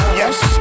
yes